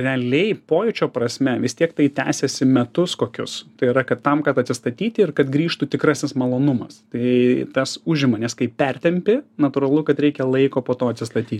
realiai pojūčio prasme vis tiek tai tęsiasi metus kokius tai yra kad tam kad atsistatyti ir kad grįžtų tikrasis malonumas tai tas užima nes kai pertempi natūralu kad reikia laiko po to atsistaty